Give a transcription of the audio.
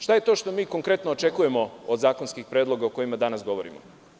Šta je to što mi konkretno očekujemo od zakonskih predloga o kojima danas govorimo?